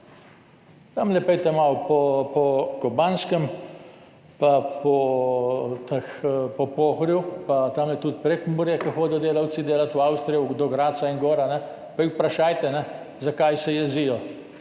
Tamle pojdite malo po Kobanskem pa po Pohorju, tam je tudi Prekmurje, od koder hodijo delavci delat v Avstrijo, do Gradca in gor, pa jih vprašajte, zakaj se jezijo.